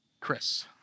Chris